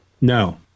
No